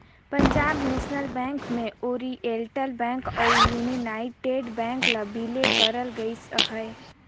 Punjab national bank में oriental bank अउ united bank ल बिले करल गइस अहे